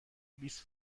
بیست